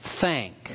Thank